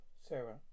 Sarah